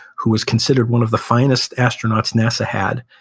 who was considered one of the finest astronauts nasa had.